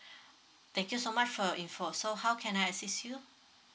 thank you so much for your info so how can I assist you